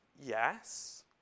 yes